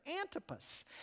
Antipas